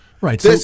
Right